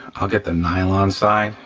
i'll get the nylon side.